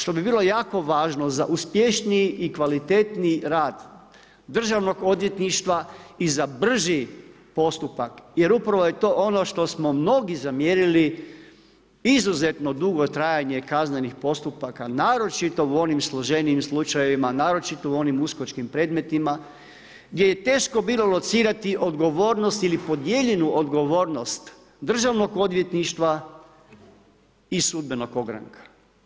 Što bi bilo jako važno za uspješniji i kvalitetniji rad državnog odvjetništva i za brži postupak jer upravo je to ono što smo mnogi zamjerili izuzetno dugo trajanje kaznenih postupaka, naročito u onim složenijim slučajevima, naročito u onim Uskočkim predmetima gdje je teško bilo locirati odgovornost ili podijeljenu odgovornost državnog odvjetništva i sudbenog ogranka.